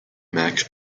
max